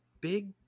big